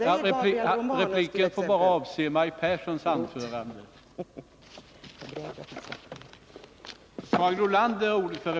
Jag vill påminna om att repliken bara får avse Maj Pehrssons anförande.